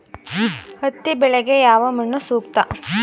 ಹತ್ತಿ ಬೆಳೆಗೆ ಯಾವ ಮಣ್ಣು ಸೂಕ್ತ?